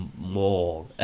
more